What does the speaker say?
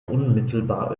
unmittelbar